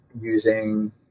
using